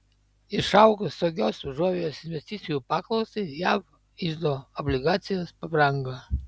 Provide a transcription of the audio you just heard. išaugus saugios užuovėjos investicijų paklausai jav iždo obligacijos pabrango